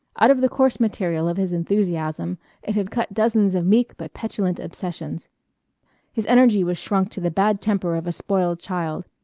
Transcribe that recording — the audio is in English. out of the coarse material of his enthusiasm it had cut dozens of meek but petulant obsessions his energy was shrunk to the bad temper of a spoiled child,